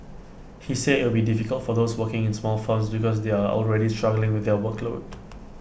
he said IT would be difficult for those working in small firms because they are already struggling with their workload